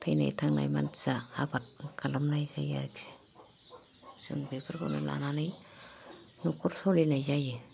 थैनाय थांनाय मानसिया आबाद खालामनाय जायो आरखि जों बेफोरखौनो लानानै न'खर सलिनाय जायो